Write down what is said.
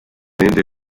rende